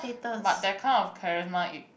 but that kind of charisma